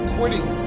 Quitting